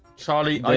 charlie